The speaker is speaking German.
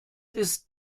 ist